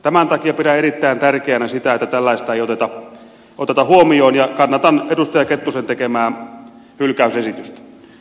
tämän takia pidän erittäin tärkeänä sitä että tällaista ei oteta huomioon ja kannatan edustaja kettusen tekemää hylkäysesitystä